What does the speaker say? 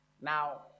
Now